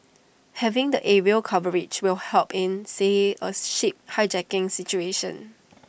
having the aerial coverage will help in say A ship hijacking situation